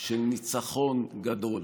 של ניצחון גדול.